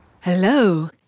Hello